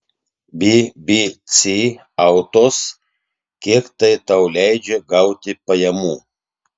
bbc autos kiek tai tau leidžia gauti pajamų